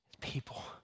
people